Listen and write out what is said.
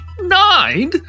Nine